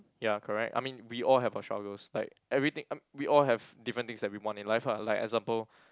ya correct I mean we all have our struggles like everything um we all have different things we want in life ah like example